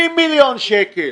580. 580 מיליון שקל.